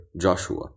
Joshua